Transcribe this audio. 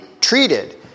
treated